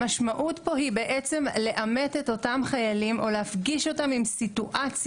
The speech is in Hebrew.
המשמעות פה היא בעצם לעמת את אותם חיילים או להפגיש אותם עם סיטואציה,